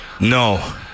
No